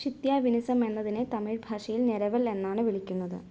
ഷിത്യ വിനിസം എന്നതിനെ തമിഴ് ഭാഷയിൽ നെരവൽ എന്നാണ് വിളിക്കുന്നത്